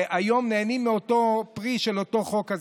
והיום נהנים מהפרי של אותו חוק.